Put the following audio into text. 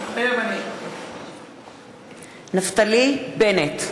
מתחייב אני נפתלי בנט,